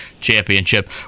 Championship